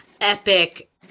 epic